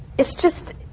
it's just,